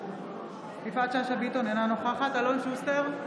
אינה נוכחת אלון שוסטר,